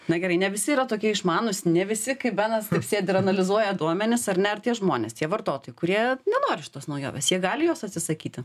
na gerai ne visi yra tokie išmanūs ne visi kaip benas taip sėdi ir analizuoja duomenis ar ne ar tie žmonės tie vartotojai kurie nenori šitos naujovės jie gali jos atsisakyti